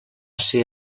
ser